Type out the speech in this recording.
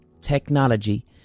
technology